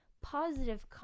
positive